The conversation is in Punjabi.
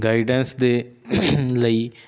ਗਾਈਡੈਂਸ ਦੇ ਲਈ